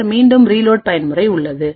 பின்னர் மீண்டும் ரீலோட் பயன்முறை உள்ளது